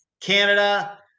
Canada